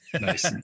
Nice